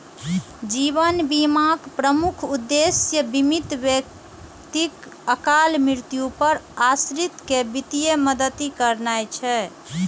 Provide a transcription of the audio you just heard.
जीवन बीमाक प्रमुख उद्देश्य बीमित व्यक्तिक अकाल मृत्यु पर आश्रित कें वित्तीय मदति करनाय छै